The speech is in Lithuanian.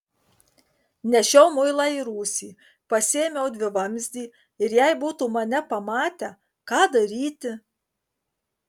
nešiau muilą į rūsį pasiėmiau dvivamzdį ir jei būtų mane pamatę ką daryti